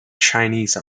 chinese